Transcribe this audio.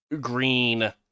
green